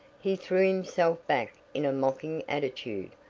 he threw himself back in a mocking attitude,